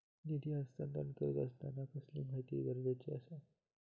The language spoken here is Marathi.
निधी हस्तांतरण करीत आसताना कसली माहिती गरजेची आसा?